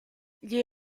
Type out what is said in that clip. gli